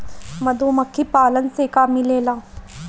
मधुमखी पालन से का मिलेला?